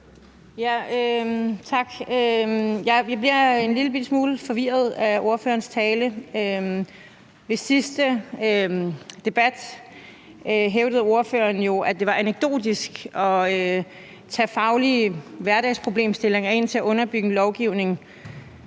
(S): Tak. Jeg bliver en lillebitte smule forvirret af ordførerens tale. I den sidste debat hævdede ordføreren jo, at det var anekdotisk at tage faglige hverdagsproblemstillinger ind til at underbygge en lovgivning.